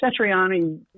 Satriani